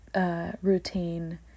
routine